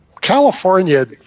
California